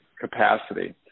capacity